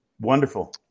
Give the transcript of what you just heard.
Wonderful